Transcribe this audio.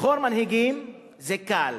לבחור מנהיגים זה קל,